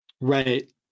Right